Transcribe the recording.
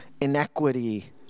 inequity